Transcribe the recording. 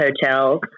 hotels